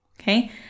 okay